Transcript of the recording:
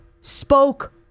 spoke